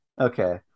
Okay